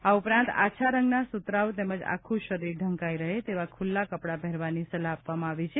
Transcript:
આ ઉપરાંત આછા રંગનાં સુતરાઉ તેમજ આખું શરીર ઢંકાઇ રહે તેવા ખુલ્લાં કપડાં પહેરવાની સલાહ આપવામાં આવી છે